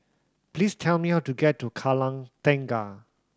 please tell me how to get to Kallang Tengah